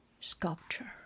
sculpture